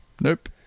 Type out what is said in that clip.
Nope